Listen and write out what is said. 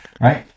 Right